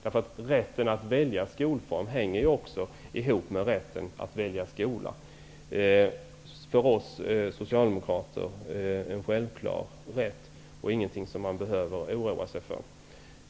Rätten att välja skolform hänger ju också ihop med rätten att välja skola. Det är för oss socialdemokrater en självklar rätt, och ingenting som man behöver oroa sig för.